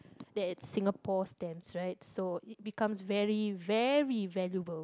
that it's Singapore stamps right so becomes very very valuable